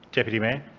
deputy mayor